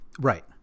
Right